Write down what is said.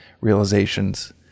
realizations